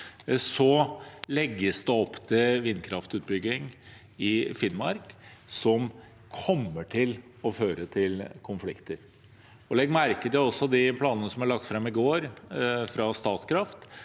– legges det opp til vindkraftutbygging i Finnmark som kommer til å føre til konflikter. Legg også merke til de planene som ble lagt fram i går, fra Statkraft.